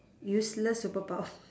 useless superpower